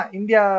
India